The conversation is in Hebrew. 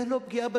זה לא פגיעה,